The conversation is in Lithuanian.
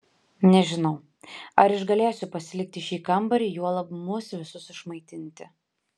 nežinau ar išgalėsiu pasilikti šį kambarį juolab mus visus išmaitinti